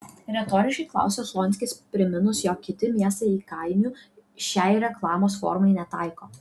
retoriškai klausia slonskis priminus jog kiti miestai įkainių šiai reklamos formai netaiko